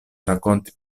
rakonti